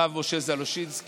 הרב משה זלושינסקי,